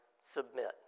submit